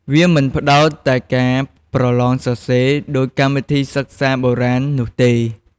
វាមិនផ្តោតតែលើការប្រឡងសរសេរដូចកម្មវិធីសិក្សាបុរាណនោះទេ។